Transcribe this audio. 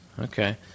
Okay